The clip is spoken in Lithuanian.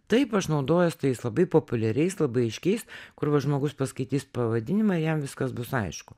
taip aš naudojuos tais labai populiariais labai aiškiais kur va žmogus paskaitys pavadinimą ir jam viskas bus aišku